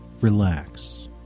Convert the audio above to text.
Relax